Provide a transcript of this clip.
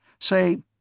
Say